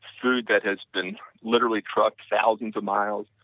food that has been literally trucked thousands of miles,